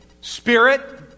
Spirit